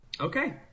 Okay